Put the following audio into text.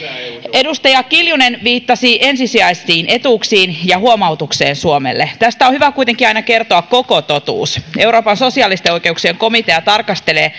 edustaja kiljunen viittasi ensisijaisiin etuuksiin ja huomatukseen suomelle tästä on hyvä kuitenkin aina kertoa koko totuus euroopan sosiaalisten oikeuksien komitea tarkastelee